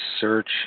Search